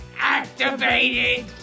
activated